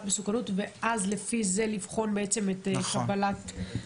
מסוכנות ולפי זה לבחון את קבלת -- נכון.